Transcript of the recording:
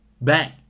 Bang